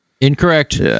Incorrect